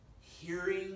hearing